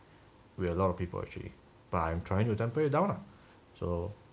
with a lot of people actually but I am trying to temper it down so